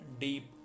deep